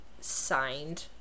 signed